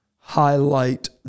highlight